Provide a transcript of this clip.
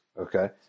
okay